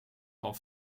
van